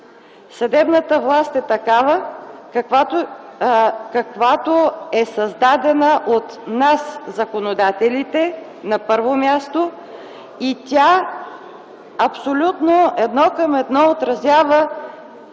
Съдебната власт е такава, каквато е създадена от нас – законодателите, на първо място, и тя абсолютно едно към едно отразява